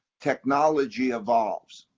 technology evolves.